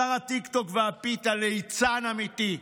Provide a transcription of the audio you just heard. שר הטיקטוק והפיתה, ליצן אמיתי.